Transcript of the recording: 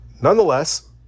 Nonetheless